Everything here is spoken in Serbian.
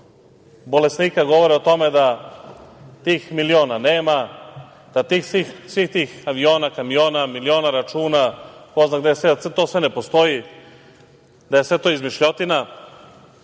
bolesnika govore o tome da tih miliona nema, da tih svih tih aviona, kamiona, miliona računa ko zna gde, da sve to ne postoji, da je sve to izmišljotina,